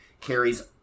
carries